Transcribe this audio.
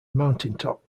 mountaintop